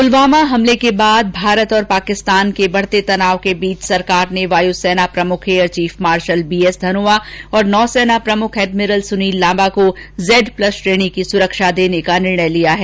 पुलवामा हमले के बाद भारत और पाकिस्तान के बढते तनाव के बीच सरकार ने वायू सेना प्रमुख air chief marshal BS Dhanoa और नौसेना प्रमुख एडमिरल सुनील लांबा को जैड प्लस श्रेणी की सुरक्षा देने का निर्णय लिया है